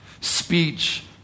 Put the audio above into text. speech